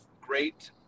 Great